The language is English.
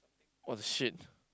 !what-the-shit!